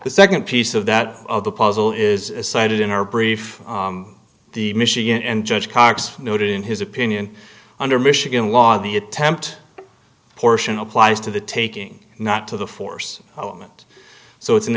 the second piece of that of the puzzle is cited in our brief the michigan and judge cox noted in his opinion under michigan law the attempt portion applies to the taking not to the force of mint so it's an